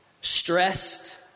stressed